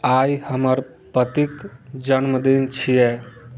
आइ हमर पतिक जन्मदिन छियै